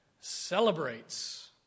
celebrates